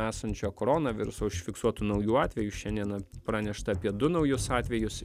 esančio corona viruso užfiksuotų naujų atvejų šiandieną pranešta apie du naujus atvejus